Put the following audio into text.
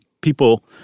people